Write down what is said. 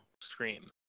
scream